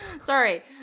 Sorry